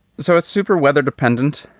so it's super weather dependent.